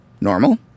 Normal